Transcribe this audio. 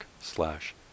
slash